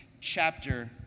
chapter